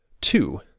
Two